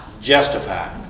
justified